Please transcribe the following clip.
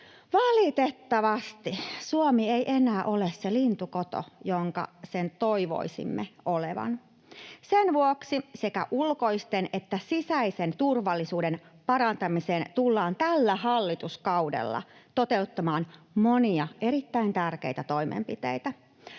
Valitettavasti Suomi ei enää ole se lintukoto, jonka sen toivoisimme olevan. Sen vuoksi sekä ulkoisen että sisäisen turvallisuuden parantamiseen tullaan tällä hallituskaudella toteuttamaan monia erittäin tärkeitä toimenpiteitä.